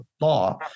law